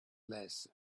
less